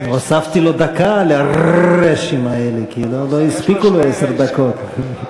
הוספתי לו דקה לרי"שים האלה כי לא הספיקו לו עשר דקות.